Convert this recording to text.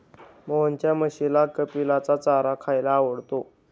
मोहनच्या म्हशीला कपिलाचा चारा खायला आवडतो